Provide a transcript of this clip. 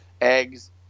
eggs